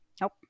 Nope